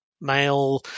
male